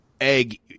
egg